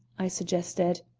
i suggested.